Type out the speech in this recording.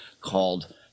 called